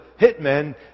hitmen